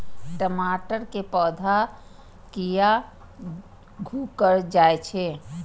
टमाटर के पौधा किया घुकर जायछे?